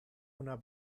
una